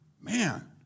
Man